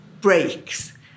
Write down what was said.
breaks